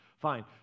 fine